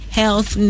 health